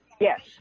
Yes